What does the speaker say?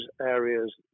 areas